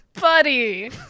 Buddy